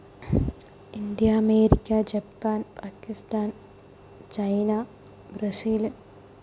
India America Japan Pakistan China Brazil